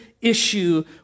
issue